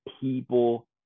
people